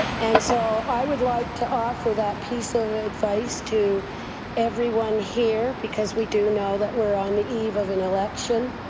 and so i would like to offer that piece of advice to everyone here, because we do know that we're on the eve of an election,